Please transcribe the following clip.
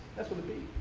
that's with a b.